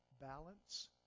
balance